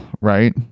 right